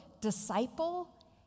disciple